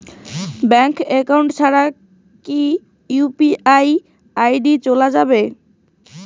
Bank account ছাড়া কি UPI ID চোলা যাবে?